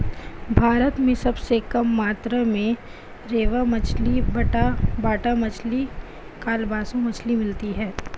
भारत में सबसे कम मात्रा में रेबा मछली, बाटा मछली, कालबासु मछली मिलती है